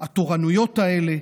התורנויות האלה.